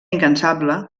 incansable